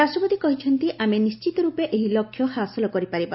ରାଷ୍ଟପତି କହିଛନ୍ତି ଆମେ ନିଶ୍ଚିତ ରୂପେ ଏହି ଲକ୍ଷ୍ୟ ହାସଲ କରିପାରିବା